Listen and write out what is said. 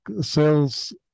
sales